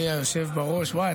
יו"רים.